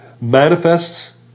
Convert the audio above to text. manifests